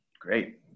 Great